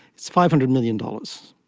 it's five hundred million dollars.